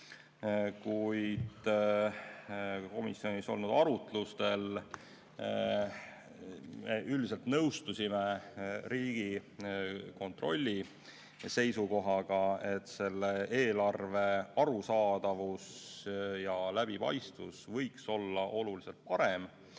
Kuid komisjonis olnud arutlustel me üldiselt nõustusime Riigikontrolli seisukohaga, et selle eelarve arusaadavus ja läbipaistvus võiks olla oluliselt parem.